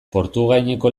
portugaineko